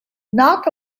not